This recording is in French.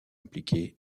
impliqué